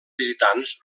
visitants